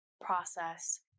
process